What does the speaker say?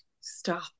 stop